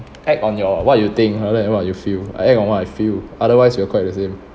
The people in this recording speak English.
act on your what you think rather than what you feel I act on what I feel otherwise we are quite the same